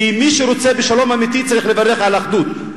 כי מי שרוצה בשלום אמיתי צריך לברך על אחדות,